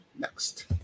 Next